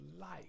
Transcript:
life